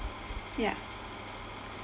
ya